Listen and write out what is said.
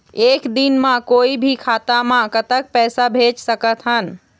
एक दिन म कोई भी खाता मा कतक पैसा भेज सकत हन?